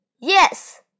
Yes